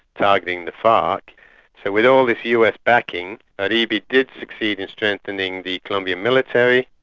targeting the farc. so with all this us backing, ah uribe did succeed in strengthening the colombian military,